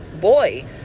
boy